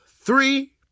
three